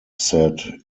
said